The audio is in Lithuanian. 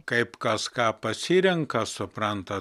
kaip kas ką pasirenka suprantat